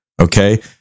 Okay